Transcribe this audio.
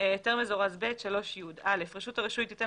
3י.היתר מזורז ב' רשות הרישוי תיתן